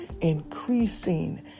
increasing